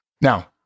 Now